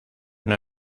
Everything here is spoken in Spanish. una